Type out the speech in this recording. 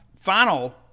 final